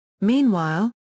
Meanwhile